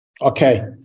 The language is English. Okay